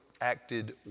acted